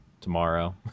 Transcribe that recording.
tomorrow